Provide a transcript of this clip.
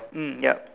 mm yup